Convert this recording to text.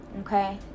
Okay